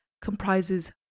comprises